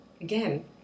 again